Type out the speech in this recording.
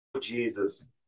Jesus